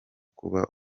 kuba